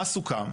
מה סוכם?